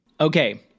Okay